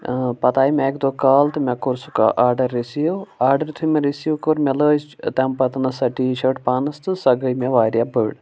پَتہٕ آیہِ مےٚ اَکہِ دۄہ کال تہٕ مےٚ کوٚر سُہ آرڈَر رِسِیٖو آرڈَر یُتھُے مےٚ رِسِیٖو کوٚر مےٚ لٲج تَمہِ پَتَن سۄ ٹیٖشٲٹ پانَس تہٕ سۄ گٔیہِ مےٚ واریاہ بٔڑ